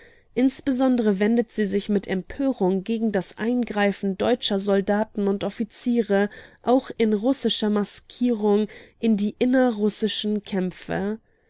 insbesondere wendet sie sich mit empörung gegen das eingreifen deutscher soldaten und offiziere auch in russischer maskierung in die innerrussischen kämpfe